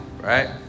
right